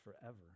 forever